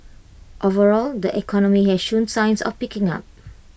overall the economy has shown signs of picking up